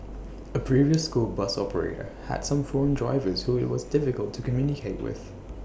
A previous school bus operator had some foreign drivers who IT was difficult to communicate with